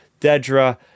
Dedra